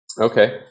Okay